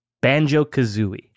Banjo-Kazooie